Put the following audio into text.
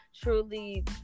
truly